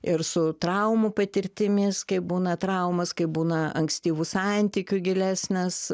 ir su traumų patirtimis kai būna traumos kai būna ankstyvų santykių gilesnės